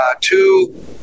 two